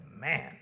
man